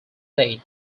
date